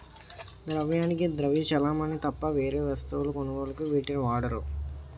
ద్రవ్యానికి ద్రవ్య చలామణి తప్ప వేరే వస్తువుల కొనుగోలుకు వీటిని వాడరు